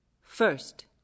First